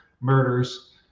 murders